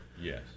Yes